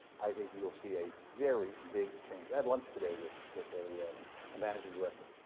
i think you'll see a very big change. i had lunch today with with a a managing director,